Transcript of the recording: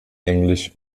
englisch